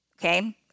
Okay